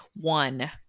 one